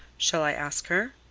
shall i ask her?